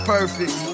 Perfect